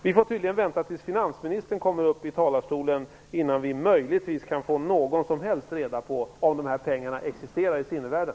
Vi får tydligen vänta tills finansministern kommer upp i talarstolen innan vi möjligtvis kan få någon som helst reda på om dessa pengar existerar i sinnevärlden.